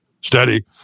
steady